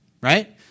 right